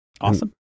Awesome